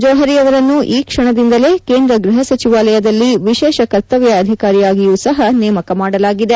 ಜೋಹರಿಯವರನ್ನು ಈ ಕ್ಷಣದಿಂದಲೇ ಕೇಂದ ಗ್ವಹ ಸಚಿವಾಲಯದಲ್ಲಿ ವಿಶೇಷ ಕರ್ತವ್ಯ ಅಧಿಕಾರಿಯಾಗಿಯೂ ಸಹ ನೇಮಕ ಮಾಡಲಾಗಿದೆ